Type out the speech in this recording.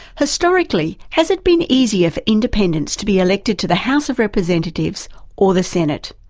historically, has it been easier for independents to be elected to the house of representatives or the senate?